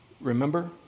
Remember